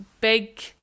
big